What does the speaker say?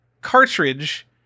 cartridge